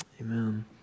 Amen